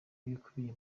ibikubiye